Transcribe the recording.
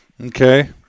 Okay